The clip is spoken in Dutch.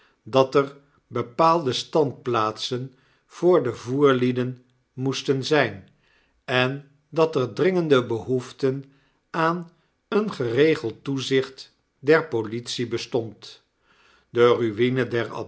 dat er bepaalde standplaatsen voor de voerlieden moesten zijn en dat er dringende behoeften aan een geregeld toezicht der politie bestond de-raineder